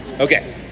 okay